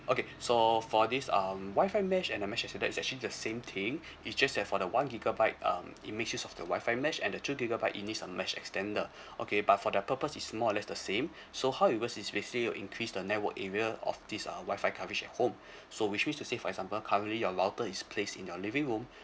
okay so for this um WI-FI mesh and the mesh extender is actually the same thing it's just that for the one gigabyte um it makes you of the WI-FI mesh and the two gigabyte it needs a mesh extender okay but for the purpose is more or less the same so how it works is basically will increase the network area of this uh WI-FI coverage at home so which means to say for example currently your router is placed in your living room